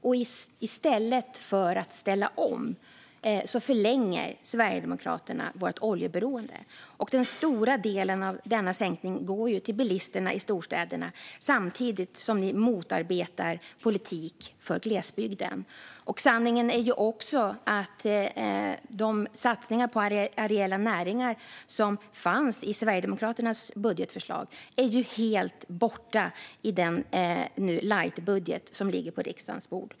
I stället för att ställa om förlänger Sverigedemokraterna vårt oljeberoende. Den stora delen av sänkningen går ju till bilisterna i storstäderna samtidigt som politik för glesbygden motarbetas. Sanningen är också den att de satsningar på areella näringar som fanns i Sverigedemokraternas budgetförslag är helt borta i den lightbudget som nu ligger på riksdagens bord.